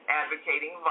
advocating